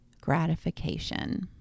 gratification